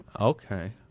Okay